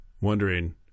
wondering